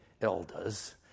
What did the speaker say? elders